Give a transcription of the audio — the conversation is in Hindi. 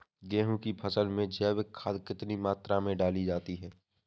गेहूँ की फसल में जैविक खाद कितनी मात्रा में डाली जाती है?